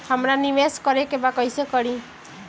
हमरा निवेश करे के बा कईसे करी?